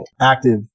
active